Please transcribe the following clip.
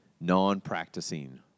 non-practicing